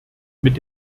mit